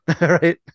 right